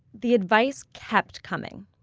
the advice kept coming.